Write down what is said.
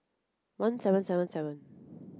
one seven seven seven